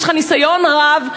יש לך ניסיון רב,